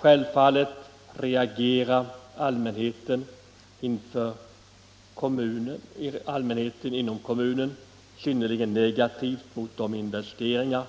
Självfallet reagerar allmänheten inom kommunen synnerligen negativt mot de investeringar